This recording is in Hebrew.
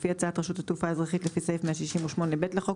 לפי הצעת רשות התעופה האזרחית לפי סעיף 168(ב) לחוק,